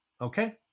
Okay